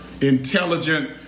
intelligent